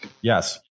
Yes